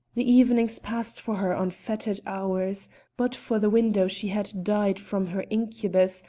the evenings passed for her on fettered hours but for the window she had died from her incubus,